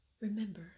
Remember